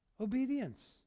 obedience